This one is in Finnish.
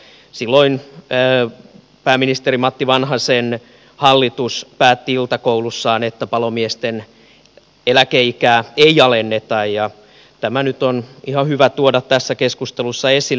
silloin pääministeri matti vanhasen hallitus päätti iltakoulussaan että palomiesten eläkeikää ei alenneta ja tämä nyt on ihan hyvä tuoda tässä keskustelussa esille